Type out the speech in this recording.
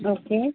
okay